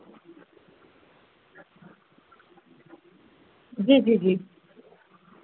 जी जी जी